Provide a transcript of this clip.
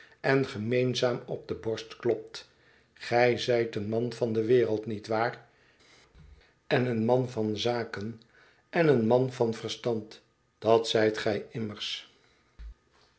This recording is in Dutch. en gemeenzaam op de borst klopt gij zijt een man van de wereld niet waar en een man van zaken en een man van verstand dat zijt gij immers